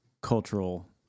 cultural